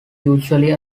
usually